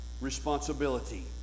Responsibility